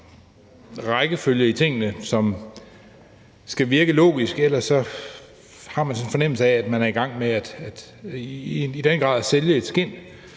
rækkefølge i tingene, som skal virke logisk, og ellers har man sådan en fornemmelse af, at man i den grad er i gang med at sælge et skind,